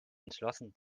entschlossen